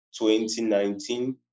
2019